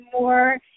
more